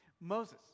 Moses